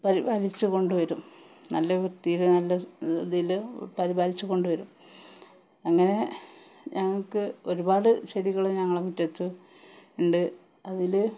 പരിപാലിച്ച് കൊണ്ട് വരും നല്ല വൃത്തിയില് നല്ല ഇതില് പരിപാലിച്ച് കൊണ്ടുവരും അങ്ങനെ ഞങ്ങൾക്ക് ഒരുപാട് ചെടികൾ ഞങ്ങളുടെ മുറ്റത്ത് ഉണ്ട് അതില്